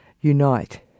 Unite